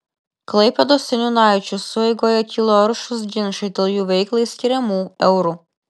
klaipėdos seniūnaičių sueigoje kilo aršūs ginčai dėl jų veiklai skiriamų eurų